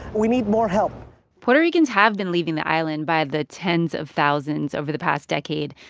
we need more help puerto ricans have been leaving the island by the tens of thousands over the past decade,